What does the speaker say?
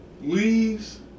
leaves